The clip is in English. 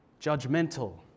judgmental